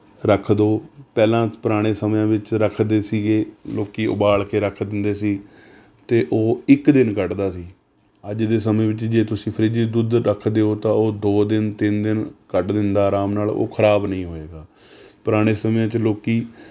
ਰੱਖ ਦਿਉ ਪਹਿਲਾਂ ਪੁਰਾਣੇ ਸਮਿਆਂ ਵਿੱਚ ਰੱਖਦੇ ਸੀਗੇ ਲੋਕ ਉਬਾਲ ਕੇ ਰੱਖ ਦਿੰਦੇ ਸੀ ਅਤੇ ਉਹ ਇੱਕ ਦਿਨ ਕੱਢਦਾ ਸੀ ਅੱਜ ਦੇ ਸਮੇਂ ਵਿੱਚ ਜੇ ਤੁਸੀਂ ਫਰਿੱਜ 'ਚ ਦੁੱਧ ਰੱਖਦੇ ਹੋ ਤਾਂ ਉਹ ਦੋ ਦਿਨ ਤਿੰਨ ਦਿਨ ਕੱਢ ਦਿੰਦਾ ਆਰਾਮ ਨਾਲ ਉਹ ਖਰਾਬ ਨਹੀਂ ਹੋਏਗਾ ਪੁਰਾਣੇ ਸਮਿਆਂ 'ਚ ਲੋਕ